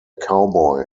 cowboy